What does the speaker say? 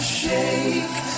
shake